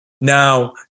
Now